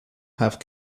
have